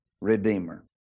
Redeemer